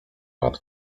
war